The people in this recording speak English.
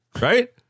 Right